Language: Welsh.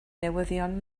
newyddion